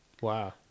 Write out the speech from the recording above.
Wow